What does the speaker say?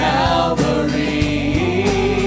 Calvary